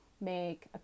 make